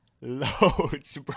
loads